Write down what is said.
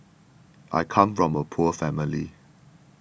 I come from a poor family